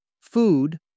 Food